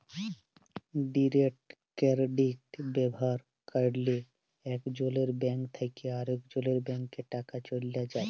direct credit ব্যাভার ক্যরলে একজলের ব্যাংক থ্যাকে আরেকজলের ব্যাংকে টাকা চ্যলে যায়